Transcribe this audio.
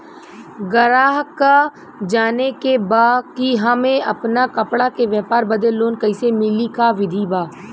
गराहक के जाने के बा कि हमे अपना कपड़ा के व्यापार बदे लोन कैसे मिली का विधि बा?